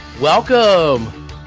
Welcome